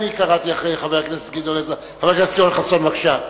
חבר הכנסת יואל חסון, בבקשה.